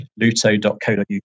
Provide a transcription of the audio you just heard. luto.co.uk